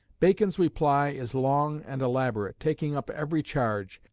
bacon's reply is long and elaborate, taking up every charge,